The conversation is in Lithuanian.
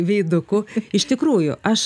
veiduku iš tikrųjų aš